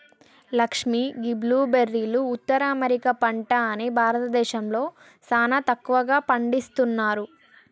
లక్ష్మీ గీ బ్లూ బెర్రీలు ఉత్తర అమెరికా పంట అని భారతదేశంలో సానా తక్కువగా పండిస్తున్నారు